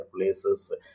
places